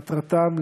מטרתם,